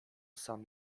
sam